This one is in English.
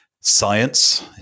science